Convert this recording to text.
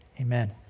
amen